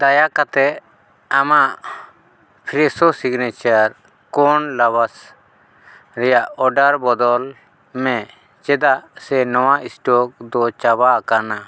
ᱫᱟᱭᱟ ᱠᱟᱛᱮᱫ ᱟᱢᱟᱜ ᱯᱷᱨᱮᱥᱳ ᱥᱤᱜᱽᱱᱮᱪᱟᱨ ᱠᱚᱨᱱ ᱞᱟᱵᱷᱟᱥ ᱨᱮᱭᱟᱜ ᱚᱨᱰᱟᱨ ᱵᱚᱫᱚᱞᱢᱮ ᱪᱮᱫᱟᱜᱥᱮ ᱱᱚᱣᱟ ᱥᱴᱚᱠ ᱫᱚ ᱪᱟᱵᱟᱣᱟᱠᱟᱱᱟ